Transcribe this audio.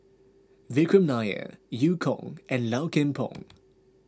Vikram Nair Eu Kong and Low Kim Pong